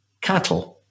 cattle